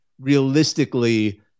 realistically